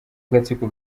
agatsiko